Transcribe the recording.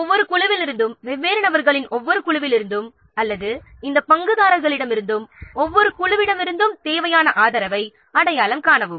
ஒவ்வொரு குழுவிலுள்ள வெவ்வேறு நபர்களிடமிருந்தும் அல்லது பங்குதாரர்களிடமிருந்தும் தேவையான ஆதரவை அடையாளம் காணவும்